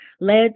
led